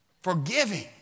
Forgiving